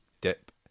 dip